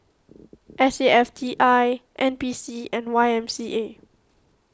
S A F T I N P C and Y M C A